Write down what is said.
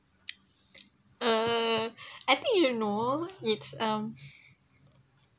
uh I think you know it's um